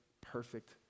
perfect